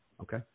okay